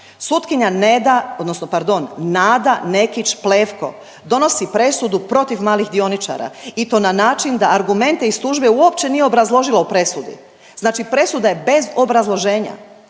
Sutkinja Neda, odnosno pardon, Nada Nekić Plevko donosi presudu protiv malih dioničara i to na način da argumente iz tužbe uopće nije obrazložila u presudi. Znači presuda je bez obrazloženja.